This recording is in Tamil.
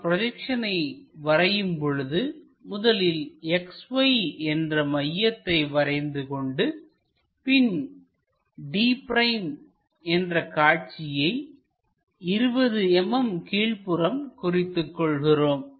நாம் ப்ரொஜெக்ஷனை வரையும் பொழுது முதலில் XY என்ற மையத்தை வரைந்து கொண்டு பின் d' என்று காட்சியை 20 mm கீழ்ப்புறம் குறித்துக் கொள்கிறோம்